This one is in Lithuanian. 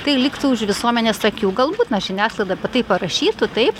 tai liktų už visuomenės akių galbūt na žiniasklaida apie tai parašytų taip